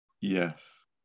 Yes